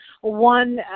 one